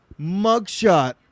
mugshot